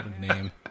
name